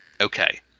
Okay